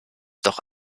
doch